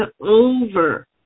over